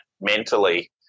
mentally